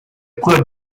preuve